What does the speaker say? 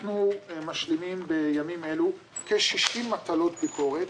אנחנו משלימים בימים אלו כ-60 מטלות ביקורת,